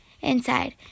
inside